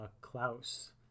Klaus